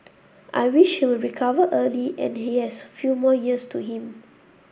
I wish he will recover early and he has few more years to him